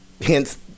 hence